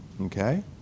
Okay